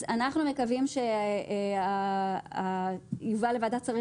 אז אנחנו מקווים שתזכיר החוק יובא לוועדת שרים